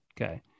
Okay